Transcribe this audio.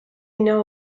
know